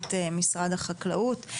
מנכ"לית משרד החקלאות.